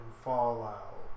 Fallout